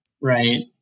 right